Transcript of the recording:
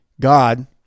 God